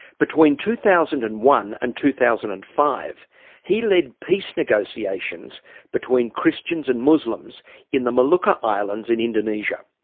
between two thousand and one and two thousand and five he led peace negotiations between christians and muslims in the molucca islands in indonesia.